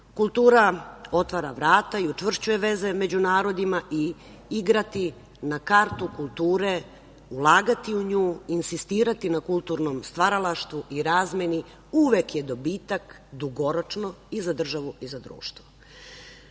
otvara vrata i učvršćuje veze među narodima i igrati na kartu kulture, ulagati u nju, insistirati na kulturnom stvaralaštvu i razmeni uvek je dobitak dugoročno i za državu i za društvo.